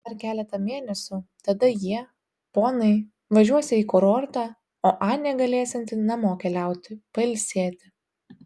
dar keletą mėnesių tada jie ponai važiuosią į kurortą o anė galėsianti namo keliauti pailsėti